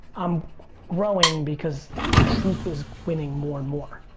i'm growing because the truth is winning more and more.